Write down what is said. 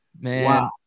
Man